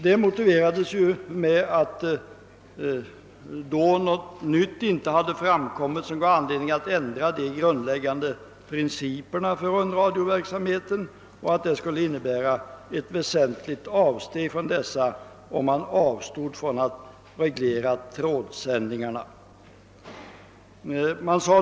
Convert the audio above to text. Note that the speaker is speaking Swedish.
Detta motiverades med att något då inte hade framkommit som gav anledning till en ändring av de grundläggande principerna för rundradioverksamheten och att det skulle innebära ett väsentligt avsteg, om man avstode från att reglera trådsändningarna.